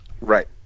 Right